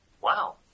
Wow